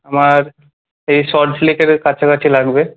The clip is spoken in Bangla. আমার এই সল্টলেকের কাছাকাছি লাগবে